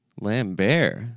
Lambert